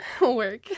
work